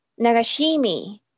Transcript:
Nagashimi